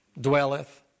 dwelleth